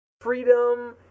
freedom